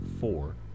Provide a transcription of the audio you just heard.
four